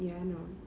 ya I know